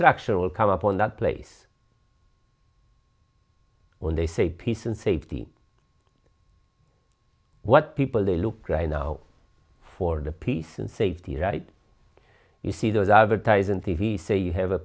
structure will come upon that place when they say peace and safety what people they look right now for the peace and safety right you see those advertisements he say you have a